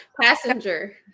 Passenger